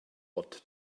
what